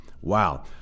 Wow